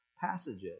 passages